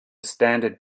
standard